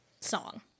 Song